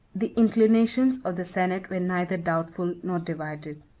the inclinations of the senate were neither doubtful nor divided.